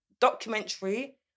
Documentary